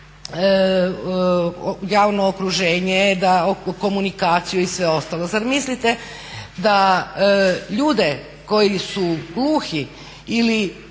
javno okruženje, komunikaciju i sve ostalo. Zar mislite da ljude koji su gluhi ili